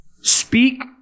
Speak